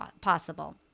possible